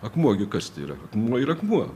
akmuo gi kas tai yra akmuo yra akmuo